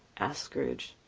asked scrooge.